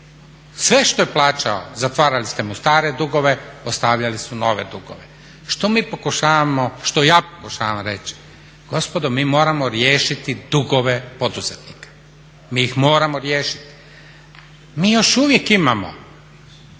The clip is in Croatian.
sve što je plaćao zatvarali ste mu stare dugove, ostavljali su nove dugove. Što ja pokušavam reći? Gospodo, mi moramo riješiti dugove poduzetnika, mi ih moramo riješiti. Mi još uvijek imamo